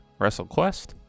WrestleQuest